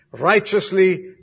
righteously